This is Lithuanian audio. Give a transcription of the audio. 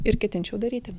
ir ketinčiau daryti